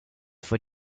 for